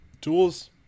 tools